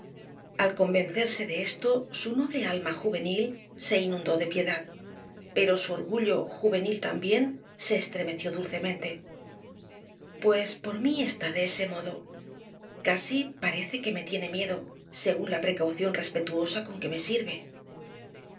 al convencerse de esto su noble alma juvenil se inundó de piedad pero su orgullo juvenil también se estremeció dulcemente pues por mí está de ese modo casi parece que me tiene miedo según la precaución respetuosa con que me sirve